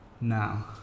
now